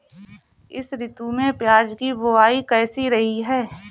इस ऋतु में प्याज की बुआई कैसी रही है?